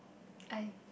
I